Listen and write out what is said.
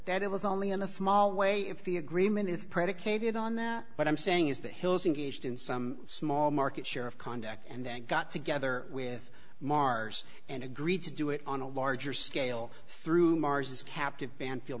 that it was only in a small way if the agreement is predicated on that what i'm saying is that hill's engaged in some small market share of contact and then got together with mars and agreed to do it on a larger scale through mars's captive